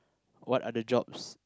what other jobs